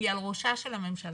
היא על ראשה של הממשלה.